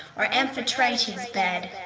or amphitrite's bed.